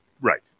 Right